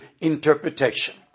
interpretation